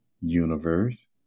universe